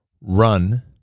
run